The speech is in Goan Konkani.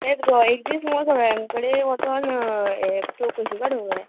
एक दीस मगो सगळ्यां कडेन वचून ये चवकशी काडूंक जाय